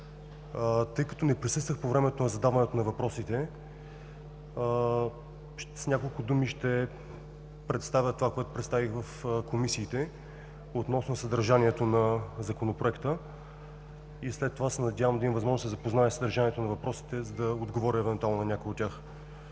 Тъй като не присъствах по времето на задаването на въпросите, с няколко думи ще представя това, което представих в комисиите относно съдържанието на Законопроекта, и след това се надявам да имам възможност да се запозная със съдържанието на въпросите, за да отговоря евентуално на някои от тях.